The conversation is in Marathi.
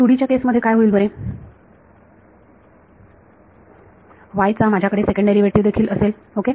2D च्या केस मध्ये काय होईल बरे y चा माझ्याकडे सेकंड डेरिव्हेटिव्ह देखील असेल ओके